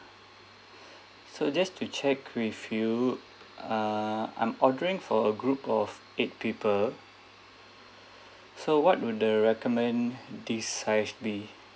so just to check with you uh I'm ordering for a group of eight people so what will the recommend the size be